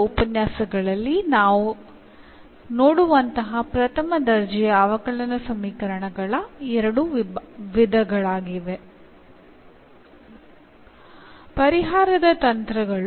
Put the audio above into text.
solution കാണുന്നതിനുള്ള മാർഗ്ഗങ്ങളിൽ ആദ്യത്തേത് സെപ്പറേഷൻ ഓഫ് വേരിയബിൾസ് ആണ്